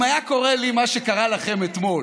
אם היה קורה לי מה שקרה לכם אתמול,